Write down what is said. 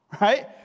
Right